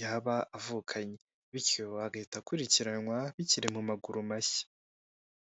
yaba avukanye. Bityo agahita akurikiranwa bikiri mu maguru mashya.